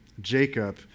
Jacob